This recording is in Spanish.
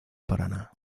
paraná